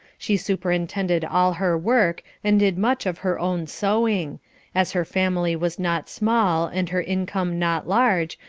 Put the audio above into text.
she superintended all her work and did much of her own sewing as her family was not small and her income not large,